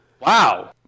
Wow